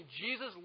Jesus